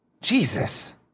Jesus